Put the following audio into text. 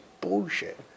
bullshit